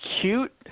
cute